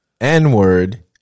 n-word